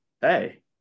hey